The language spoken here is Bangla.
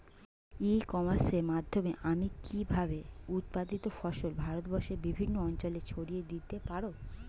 ই কমার্সের মাধ্যমে আমি কিভাবে উৎপাদিত ফসল ভারতবর্ষে বিভিন্ন অঞ্চলে ছড়িয়ে দিতে পারো?